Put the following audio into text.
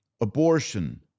abortion